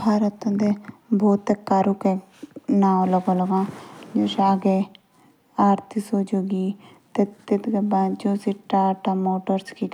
भारती तोडने एक से एक अलग कंपनी एच। जेसे कि अगला नंबर च आओ मारुति सुजुकी। या दूजे नंबर च आओ टाटा मोटर्स की